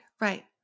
right